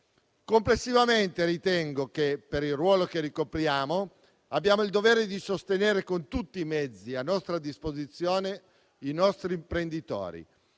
complessivamente per il ruolo che ricopriamo abbiamo il dovere di sostenere con tutti i mezzi a nostra disposizione i nostri imprenditori,